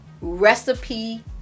recipe